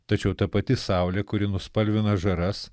tačiau ta pati saulė kuri nuspalvina žaras